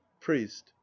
priest